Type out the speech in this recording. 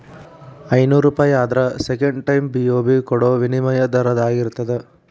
ಐನೂರೂಪಾಯಿ ಆದ್ರ second time BOB ಕೊಡೋ ವಿನಿಮಯ ದರದಾಗಿರ್ತದ